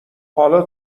حالا